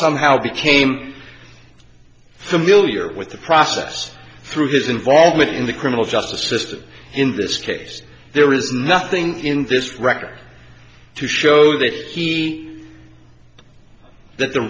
somehow became familiar with the process through his involvement in the criminal justice system in this case there is nothing in this record to show that